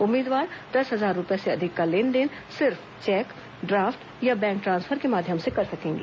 उम्मीदवार दस हजार रूपए से अधिक का लेन देन सिर्फ चैक ड्राफ्ट या बैंक ट्रांसफर के माध्यम से कर सकेंगे